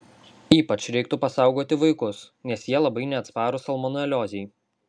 ypač reiktų pasaugoti vaikus nes jie labai neatsparūs salmoneliozei